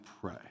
pray